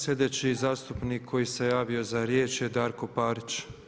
Sljedeći zastupnik koji se javio za riječ je Darko Parić.